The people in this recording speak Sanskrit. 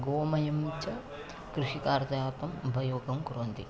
गोमयं च कृषिकार्यार्थम् उपयोगं कुर्वन्ति